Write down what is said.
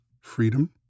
freedom